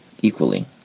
equally